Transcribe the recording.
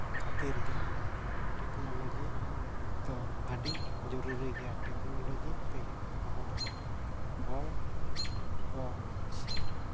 ᱠᱷᱟᱹᱛᱤᱨ ᱜᱮ ᱴᱮᱹᱠᱱᱳᱞᱚᱡᱤ ᱫᱚ ᱟᱹᱰᱤ ᱡᱚᱨᱩᱨᱤ ᱜᱮᱭᱟ ᱴᱮᱹᱠᱱᱳᱞᱚᱡᱤ ᱛᱮᱜᱮ ᱟᱵᱚ ᱦᱚᱲ ᱫᱚ